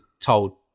told